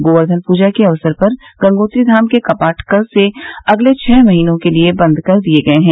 गोर्व्धन पूजा के अवसर पर गंगोत्री धाम के कपाट कल से अगले छह महीनों के लिए बंद कर दिये गए हैं